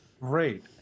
Great